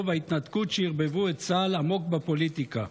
וההתנתקות שערבבו את צה"ל עמוק בפוליטיקה.